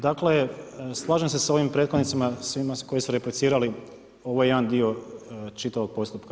Dakle slažem se s ovim prethodnicima svima koji su replicirali, ovo je jedan dio čitavog postupka.